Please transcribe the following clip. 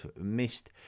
missed